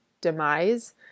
demise